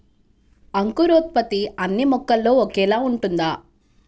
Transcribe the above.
అంకురోత్పత్తి అన్నీ మొక్కలో ఒకేలా ఉంటుందా?